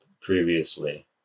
previously